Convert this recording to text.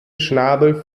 schnabel